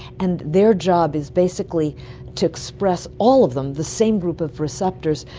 and their job is basically to express all of them, the same group of receptors,